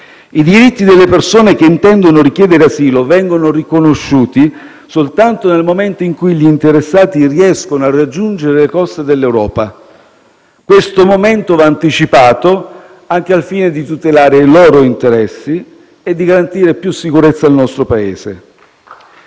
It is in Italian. i diritti delle persone che intendono richiedere asilo vengono riconosciuti soltanto nel momento in cui gli interessati riescono a raggiungere le coste dell'Europa. Questo momento va anticipato, anche al fine di tutelare i loro interessi e di garantire più sicurezza al nostro Paese.